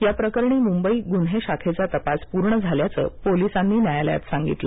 या प्रकरणी मुंबई गुन्हे शाखेचा तपास पूर्ण झाल्याचं पोलिसांनी न्यायालयात सांगितलं